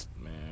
Man